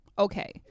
Okay